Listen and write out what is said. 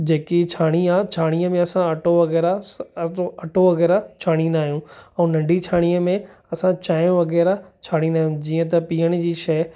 जेकि छाणी आहे छाणीअ में असां अटो वगै़राह छाणीदा आहियूं ऐं नंढी छाड़ीअ में असां चांहि वगै़राह छाणीदा आहियूं